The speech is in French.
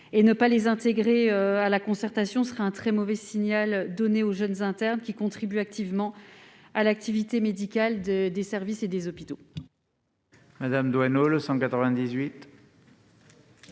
ne pas les intégrer à la concertation, ce serait adresser un très mauvais signal aux jeunes internes, qui contribuent activement à l'activité médicale des services et des hôpitaux.